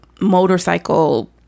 motorcycle